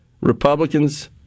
Republicans